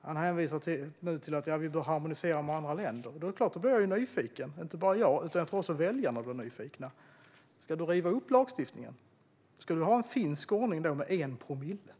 Han hänvisar nu till att vi bör harmonisera med andra länder. Då är det klart att jag blir nyfiken - och inte bara jag, utan jag tror att också väljarna blir nyfikna. Ska du riva upp lagstiftningen, Lars Beckman? Ska du ha en finsk ordning med 1 promille?